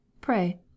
pray